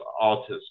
autism